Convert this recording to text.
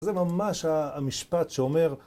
זה ממש המשפט שאומר...